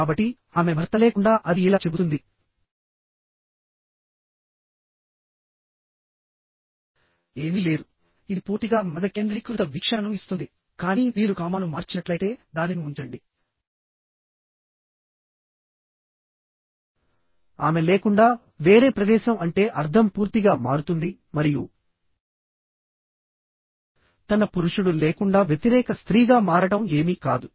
కాబట్టి ఆమె భర్త లేకుండా అది ఇలా చెబుతుంది ఏమీ లేదు ఇది పూర్తిగా మగ కేంద్రీకృత వీక్షణను ఇస్తుంది కానీ మీరు కామాను మార్చినట్లయితే దానిని ఉంచండి ఆమె లేకుండా వేరే ప్రదేశం అంటే అర్థం పూర్తిగా మారుతుంది మరియు తన పురుషుడు లేకుండా వ్యతిరేక స్త్రీగా మారడం ఏమీ కాదు